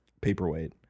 paperweight